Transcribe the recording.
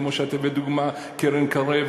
כמו שאת הבאת דוגמה: קרן קרב,